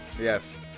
Yes